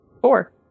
Four